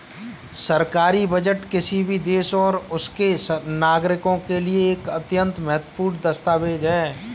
सरकारी बजट किसी भी देश और उसके नागरिकों के लिए एक अत्यंत महत्वपूर्ण दस्तावेज है